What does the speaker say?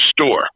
store